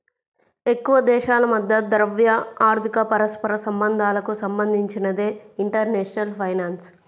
ఎక్కువదేశాల మధ్య ద్రవ్య, ఆర్థిక పరస్పర సంబంధాలకు సంబంధించినదే ఇంటర్నేషనల్ ఫైనాన్స్